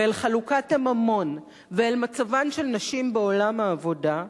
אל חלוקת הממון ואל מצבן של נשים בעולם העבודה,